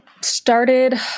started